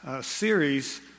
Series